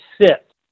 sit